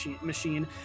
machine